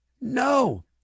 no